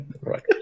Right